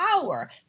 power